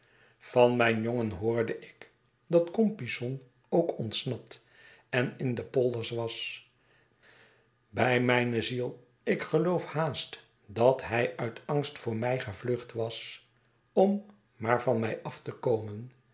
van mijn jongen hocrde ik dat compeyson ook ontsnapt en in de polders was bij mijne ziel ik geloof haast dat hij uit angst voor mij gevlucht was om maar van mij af te komen